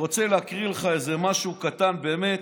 אני רוצה להקריא לך איזה משהו קטן באמת,